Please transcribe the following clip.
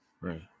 Right